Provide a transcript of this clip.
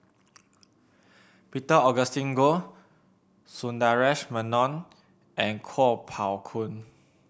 Peter Augustine Goh Sundaresh Menon and Kuo Pao Kun